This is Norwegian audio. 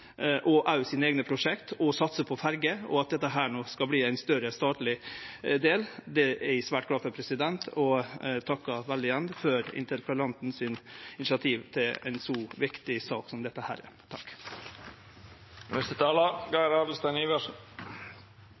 og òg om sine eigne prosjekt, og å satse på ferjer, og at dette no skal verte ein større statleg del, det er eg svært glad for. Eg takkar igjen for interpellanten sitt initiativ til ein så viktig sak som dette.